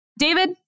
David